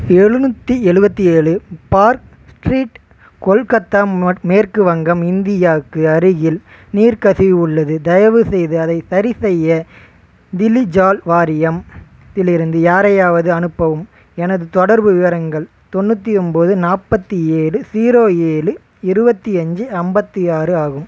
எழுநூத்தி எழுத்தியேலு park street Kolkata மற் மேற்கு வங்கம் இந்தியாக்கு அருகில் நீர் கசிவு உள்ளது தயவுசெய்து அதை சரிசெய்ய பிலிஜால் வாரியம்லிருந்து யாரையாவது அனுப்பவும் எனது தொடர்பு விவரங்கள் தொண்ணூற்றி ஒன்பது நாற்பத்தி ஏழு ஸீரோ ஏழு இருபத்தி அஞ்சு ஐம்பத்தி ஆறு ஆகும்